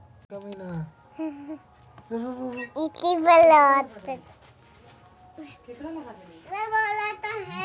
stock, mutual fund, bond, real estate आदि निवेश सेवा के उदाहरण छियै